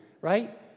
right